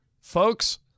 folks